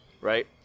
right